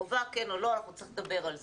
חובה, כן או לא, אנחנו נצטרך לדבר על זה,